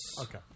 Okay